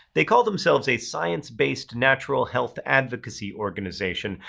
they call themselves a science-based natural health advocacy organization.